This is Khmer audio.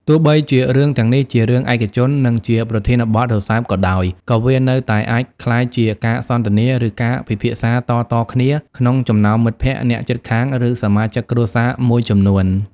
ទោះបីជារឿងទាំងនេះជារឿងឯកជន និងជាប្រធានបទរសើបក៏ដោយ ក៏វានៅតែអាចក្លាយជាការសន្ទនា ឬការពិភាក្សាតៗគ្នាក្នុងចំណោមមិត្តភក្តិ អ្នកជិតខាង ឬសមាជិកគ្រួសារមួយចំនួន។